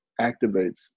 activates